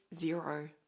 zero